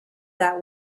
that